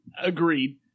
Agreed